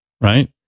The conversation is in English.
Right